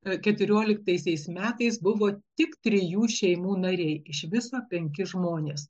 keturioliktaisiais metais buvo tik trijų šeimų nariai iš viso penki žmonės